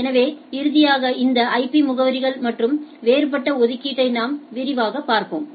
எனவே இறுதியாக அந்த ஐபி முகவரிகள் மற்றும் வேறுபட்ட ஒதுக்கீட்டை நாம் விரைவாகப் பார்ப்போம்